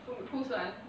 who whose one